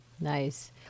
Nice